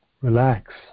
relax